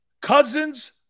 Cousins